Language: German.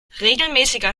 regelmäßiger